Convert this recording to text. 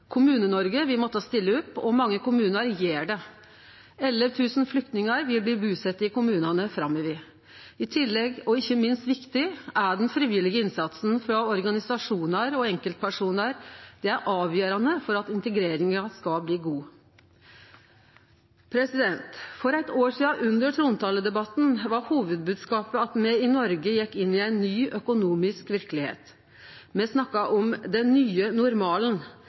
Kommune-Noreg vil måtte stille opp, og mange kommunar gjer det. 11 000 flyktningar vil bli busette i kommunane framover. Ikkje minst er den frivillige innsatsen frå organisasjonar og enkeltpersonar viktig. Det er avgjerande for at integreringa skal bli god. For eitt år sidan, under trontaledebatten, var hovudbodskapen at me i Noreg gjekk inn i ei ny økonomisk verkelegheit. Me snakka om den nye normalen.